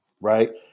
right